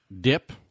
Dip